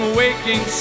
waking